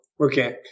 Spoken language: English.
Okay